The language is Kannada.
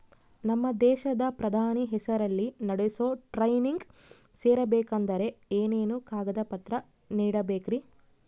ನಮ್ಮ ದೇಶದ ಪ್ರಧಾನಿ ಹೆಸರಲ್ಲಿ ನಡೆಸೋ ಟ್ರೈನಿಂಗ್ ಸೇರಬೇಕಂದರೆ ಏನೇನು ಕಾಗದ ಪತ್ರ ನೇಡಬೇಕ್ರಿ?